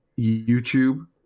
YouTube